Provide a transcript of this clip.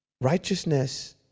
Righteousness